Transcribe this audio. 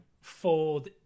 fold